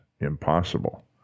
impossible